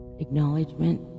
Acknowledgement